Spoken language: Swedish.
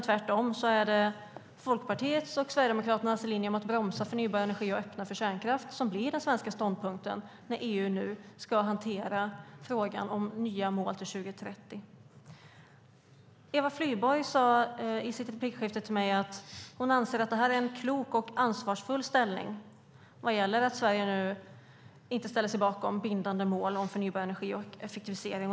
Tvärtom är det Folkpartiets och Sverigedemokraternas linje att bromsa förnybar energi och öppna för kärnkraft som blir den svenska ståndpunkten när EU nu ska hantera frågan om nya mål till 2030. Eva Flyborg sade i sitt replikskifte med mig att hon anser att det är klokt och ansvarsfullt av Sverige att inte ställa sig bakom bindande mål för förnybar energi och effektivisering.